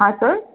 હાં સર